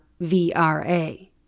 VRA